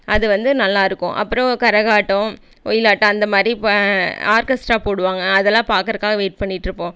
அது வந்து நல்லா இருக்கும் அப்புறம் கரகாட்டம் ஒயிலாட்டம் அந்த மாதிரி ஆர்கெஸ்ட்ரா போடுவாங்க அதெல்லாம் பார்க்குறக்காக வெயிட் பண்ணிட்டுருப்போம்